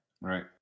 Right